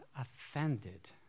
offended